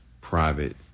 private